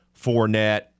Fournette